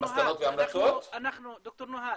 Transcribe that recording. ד"ר נוהאד,